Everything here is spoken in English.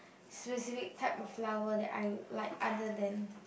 specific type of flower that I like other than